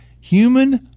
human